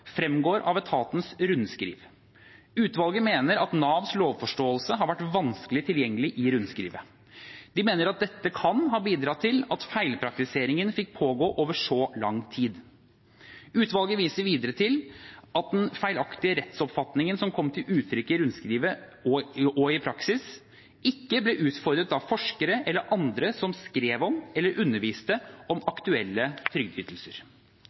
fremgår av etatens rundskriv. Utvalget mener at Navs lovforståelse har vært vanskelig tilgjengelig i rundskrivet. De mener at dette kan ha bidratt til at feilpraktiseringen fikk pågå over så lang tid. Utvalget viser videre til at den feilaktige rettsoppfatningen som kom til uttrykk i rundskrivene og i praksis, ikke ble utfordret av forskere eller andre som skrev om eller underviste om